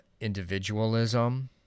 individualism